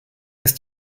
ist